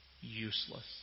useless